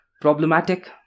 Problematic